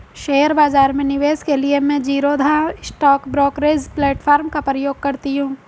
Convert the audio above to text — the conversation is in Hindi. शेयर बाजार में निवेश के लिए मैं ज़ीरोधा स्टॉक ब्रोकरेज प्लेटफार्म का प्रयोग करती हूँ